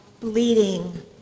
bleeding